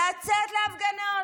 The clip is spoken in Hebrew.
לצאת להפגנות.